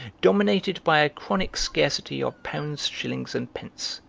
dominated by a chronic scarcity of pounds, shillings, and pence,